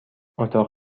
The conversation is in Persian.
اتاق